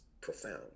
profound